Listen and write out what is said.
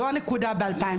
זו הנקודה ב-2020.